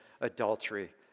adultery